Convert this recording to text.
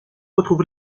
retrouve